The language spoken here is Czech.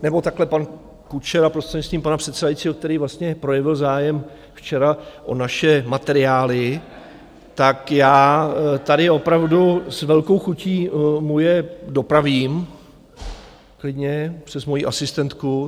Nebo takhle, pan Kučera, prostřednictvím pana předsedajícího, který vlastně projevil zájem včera o naše materiály, tak já tady opravdu s velkou chutí mu je dopravím, klidně přes moji asistentku.